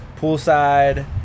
Poolside